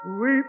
Weep